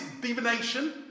divination